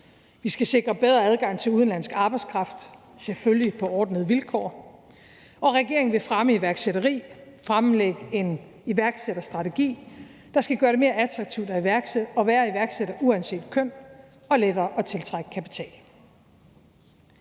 Vi skal sikre bedre adgang til udenlandsk arbejdskraft, selvfølgelig på ordnede vilkår, og regeringen vil fremme iværksætteri og fremlægge en iværksætterstrategi, der skal gøre det mere attraktivt at være iværksætter uanset køn og lettere at tiltrække kapital.